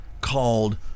called